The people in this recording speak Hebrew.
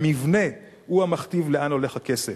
המבנה הוא המכתיב לאן הולך הכסף.